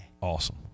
Awesome